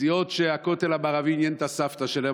סיעות שהכותל המערבי עניין את הסבתא שלהן,